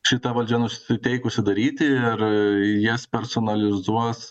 šita valdžia nusiteikusi daryti ir jas personalizuos